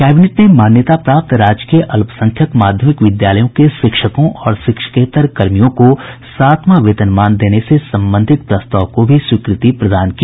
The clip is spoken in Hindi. कैबिनेट ने मान्यता प्राप्त राजकीय अल्पसंख्यक माध्यमिक विद्यालयों के शिक्षकों और शिक्षकेतर कर्मियों को सातवां वेतनमान देने से संबंधित प्रस्ताव को भी स्वीकृति प्रदान की